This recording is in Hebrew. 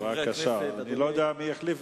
רבותי חברי הכנסת, בבקשה, אני לא יודע מי החליף.